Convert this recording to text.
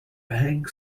bag